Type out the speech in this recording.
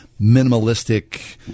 minimalistic